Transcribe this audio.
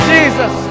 Jesus